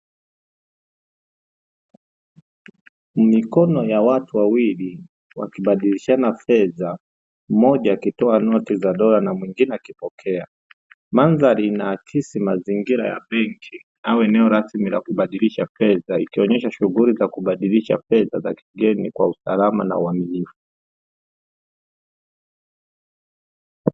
Mikono ya watu wawili wakibadilishana fedha. Mmoja akitoa noti za dola na mwingine akipokea. Mandhari inaakisi mazingira ya benki au eneo rasmi la kubadilisha fedha, ikionesha shughuli za kubadilisha fedha za kigeni kwa usalama na uaminifu.